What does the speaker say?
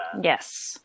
Yes